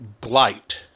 blight